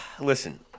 listen